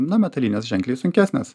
nu metalinės ženkliai sunkesnės